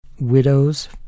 Widows